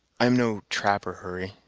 i am no trapper, hurry,